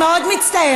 אני מאוד מצטערת.